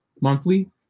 monthly